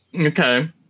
Okay